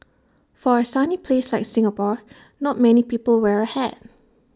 for A sunny place like Singapore not many people wear A hat